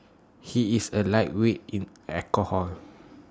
he is A lightweight in alcohol